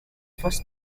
first